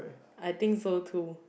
I think so too